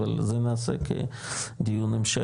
אבל זה נעשה כדיון המשך,